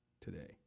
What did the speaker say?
today